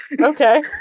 Okay